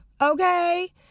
okay